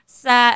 sa